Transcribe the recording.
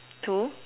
to